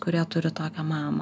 kurie turi tokią mamą